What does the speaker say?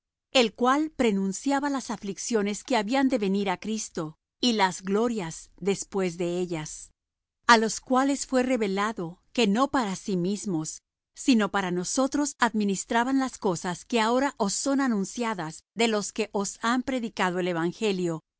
el cual prenunciaba las aflicciones que habían de venir á cristo y las glorias después de ellas a los cuales fué revelado que no para sí mismos sino para nosotros administraban las cosas que ahora os son anunciadas de los que os han predicado el evangelio